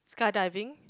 skydiving